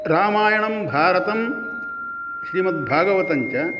रामायणं भारतं श्रीमद्भागवतञ्च